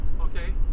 Okay